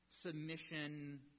submission